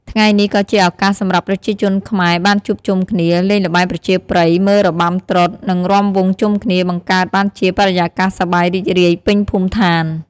ង្ងៃនេះក៏ជាឱកាសសម្រាប់ប្រជាជនខ្មែរបានជួបជុំគ្នា លេងល្បែងប្រជាប្រិយ មើលរបាំត្រុដិ និងរាំវង់ជុំគ្នា បង្កើតបានជាបរិយាកាសសប្បាយរីករាយពេញភូមិឋាន។